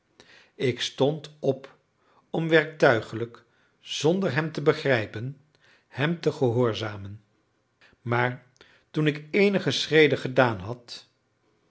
ik stond op om werktuiglijk zonder hem te begrijpen hem te gehoorzamen maar toen ik eenige schreden gedaan had